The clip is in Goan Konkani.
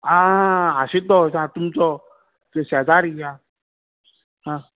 आं आशीश भोंवतां तुमचो शेजारी आं आं